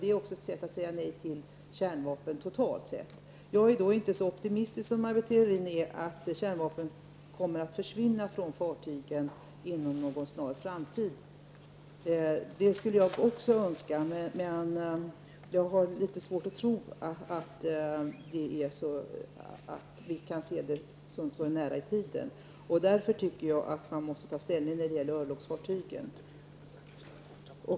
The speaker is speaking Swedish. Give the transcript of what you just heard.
Det är också ett sätt att säga nej till kärnvapen totalt sett. Jag är inte lika optimistisk som Maj Britt Theorin om att kärnvapen kommer att försvinna från fartygen inom en snar framtid. Även jag skulle önska det, men jag har litet svårt att tro att det skulle ligga så nära i tiden. Därför menar jag att man måste ta ställning när det gäller örlogsfartygen.